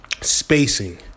Spacing